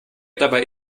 dabei